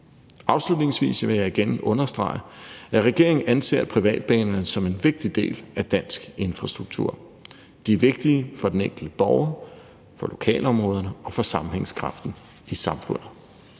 Afslutningsvis vil jeg igen understrege, at regeringen anser privatbanerne for en vigtig del af dansk infrastruktur. De er vigtige for den enkelte borger, for lokalområderne og for sammenhængskraften i samfundet.